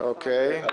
מי נגד?